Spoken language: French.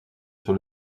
sur